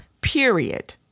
period